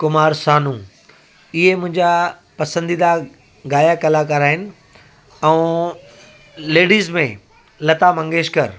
कुमार सानू इहे मुंहिंजा पसंदीदा गायक कलाकार आहिनि ऐं लेडिस में लता मंगेशकर